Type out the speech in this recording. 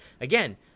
again